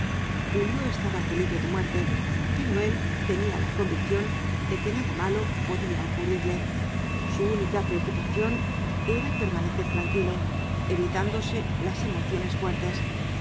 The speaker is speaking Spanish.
julio estaba en peligro de muerte pero él tenía la convicción de que nada malo podía ocurrirle su única preocupación era permanecer tranquilo evitando las emociones fuertes